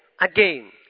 Again